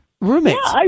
Roommates